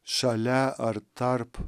šalia ar tarp